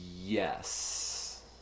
yes